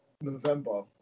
November